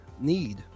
need